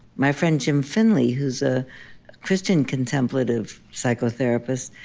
my friend jim finley, who's a christian contemplative psychotherapist,